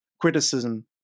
criticism